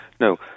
No